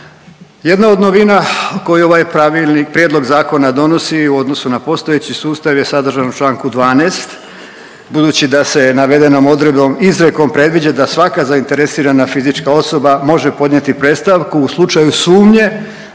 Jedna od novina koju ovaj pravilnik, prijedlog zakona donosi u odnosu na postojeći sustav je sadržan u Članku 12. budući da se navedenom odredbom izrijekom predviđa da svaka zainteresirana fizička osoba može podnijeti predstavku u slučaju sumnje